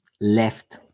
left